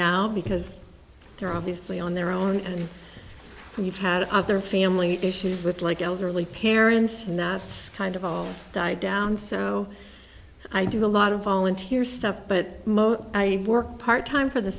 now because they're obviously on their own and we've had other family issues with like elderly parents and that's kind of a died down so i do a lot of volunteer stuff but most i work part time for the